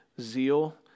zeal